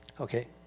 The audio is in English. Okay